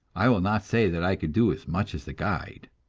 i will not say that i could do as much as the guide,